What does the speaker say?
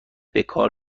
بکار